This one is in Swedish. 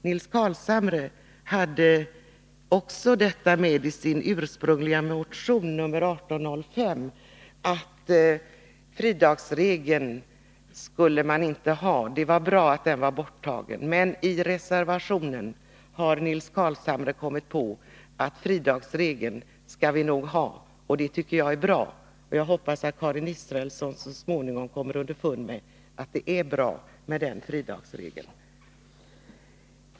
Nils Carlshamre hade i sin ursprungliga motion nr 1805 med att man inte skulle ha fridagsregeln. Han ansåg att det var bra att den var borttagen. Men i reservationen har Nils Carlshamre kommit på att fridagsregeln skall vi nog ha, och det tycker jag är bra. Jag hoppas att Karin Israelsson så småningom kommer underfund med att det är bra med fridagsregeln.